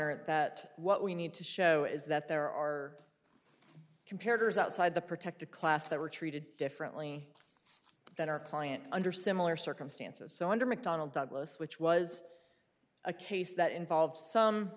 honor at that what we need to show is that there are compared to those outside the protected class that we're treated differently than our client under similar circumstances so under mcdonnell douglas which was a case that involves some